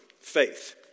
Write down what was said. Faith